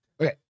Okay